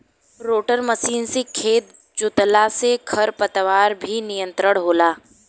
rotor machine से खेत जोतला से खर पतवार पर भी नियंत्रण होला